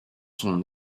son